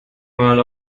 mal